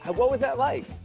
what was that like?